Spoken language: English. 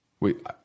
Wait